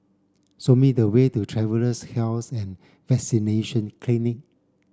show me the way to Travellers' Health and Vaccination Clinic